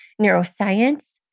neuroscience